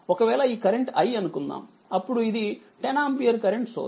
ఒకవేళ ఈ current i అనుకుందాం అప్పుడు ఇది 10 ఆంపియర్ కరెంట్ సోర్స్